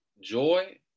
joy